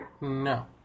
No